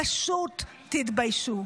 פשוט תתביישו.